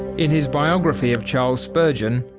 in his biography of charles spurgeon,